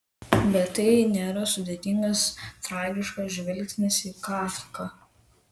bet tai nėra sudėtingas tragiškas žvilgsnis į kafką